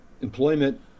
employment